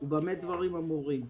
ההחלטה הקודמת מידתית,